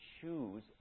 choose